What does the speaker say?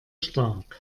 stark